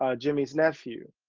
ah jimmy's nephew.